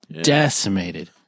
decimated